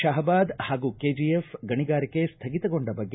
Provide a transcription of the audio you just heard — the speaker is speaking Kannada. ಶಹಬಾದ್ ಹಾಗೂ ಕೆಜಿಎಫ್ ಗಣಿಗಾರಿಕೆ ಸ್ವಗಿತಗೊಂಡ ಬಗ್ಗೆ